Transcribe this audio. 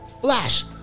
Flash